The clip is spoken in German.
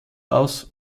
aus